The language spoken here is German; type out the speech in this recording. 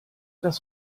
das